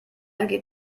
geht